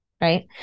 right